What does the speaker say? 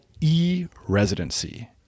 e-residency